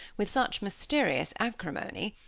with such mysterious acrimony,